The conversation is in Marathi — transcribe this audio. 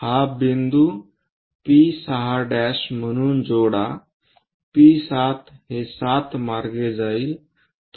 हा बिंदू P6' म्हणून जोडा P7 हे 7 मार्गे जाईल